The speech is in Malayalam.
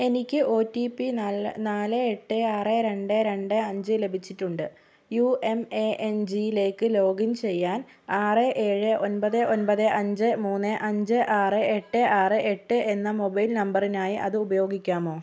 എനിക്ക് ഒ റ്റി പി നാല് എട്ട് ആറ് രണ്ട് രണ്ട് അഞ്ച് ലഭിച്ചിട്ടുണ്ട് യു എം എ എൻ ജിയിലേക്ക് ലോഗിൻ ചെയ്യാൻ ആറ് ഏഴ് ഒൻപത് ഒൻപത് അഞ്ച് മൂന്ന് അഞ്ച് ആറ് എട്ട് ആറ് എട്ട് എന്ന മൊബൈൽ നമ്പറിനായി അത് ഉപയോഗിക്കാമോ